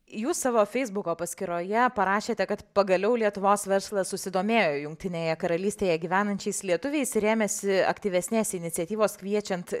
jūs savo feisbuko paskyroje parašėte kad pagaliau lietuvos verslas susidomėjo jungtinėje karalystėje gyvenančiais lietuviais ir ėmėsi aktyvesnės iniciatyvos kviečiant